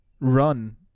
run